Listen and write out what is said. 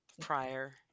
Prior